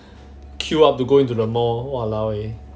queue up to go into the mall !walao! eh